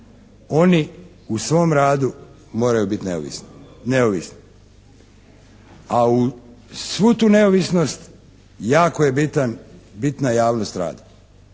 Oni u svom radu moraju biti neovisni. A uz svu tu neovisnost jako je bitan, bitna javnost rada.